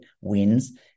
wins